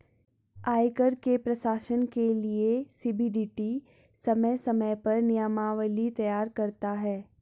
आयकर के प्रशासन के लिये सी.बी.डी.टी समय समय पर नियमावली तैयार करता है